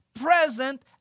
present